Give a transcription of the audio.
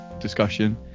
discussion